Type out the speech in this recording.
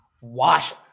Wash